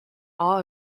all